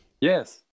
Yes